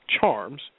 charms